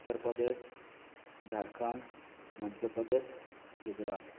Uttar Pradesh Jharkhand Madhya Pradesh Gujarat